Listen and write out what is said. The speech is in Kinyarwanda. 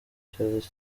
ikibazo